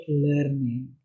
learning